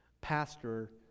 pastor